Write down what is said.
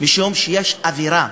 משום שיש אווירה.